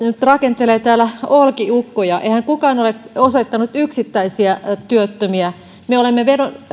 nyt rakentelee täällä olkiukkoja eihän kukaan ole osoittanut yksittäisiä työttömiä me olemme